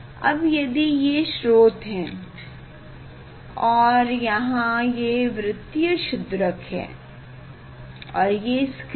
अब यदि ये स्रोत है और यहाँ ये वृत्तीय छिद्रक और ये स्क्रीन